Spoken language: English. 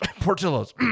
Portillo's